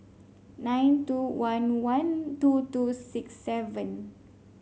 nine two one one two two six seven